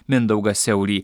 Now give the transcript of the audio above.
mindaugą siaurį